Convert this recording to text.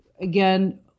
again